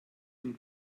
dem